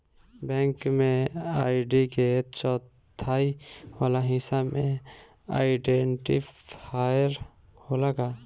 Bank में ID के चौथाई वाला हिस्सा में आइडेंटिफैएर होला का?